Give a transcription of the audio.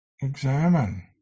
examine